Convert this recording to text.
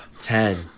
ten